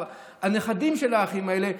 הנכדים של האחים האלה,